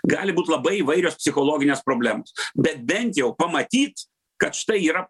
gali būt labai įvairios psichologinės problemos bet bent jau pamatyt kad štai yra